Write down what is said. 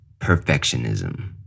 perfectionism